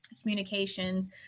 communications